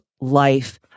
life